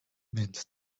mint